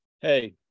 hey